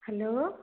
hello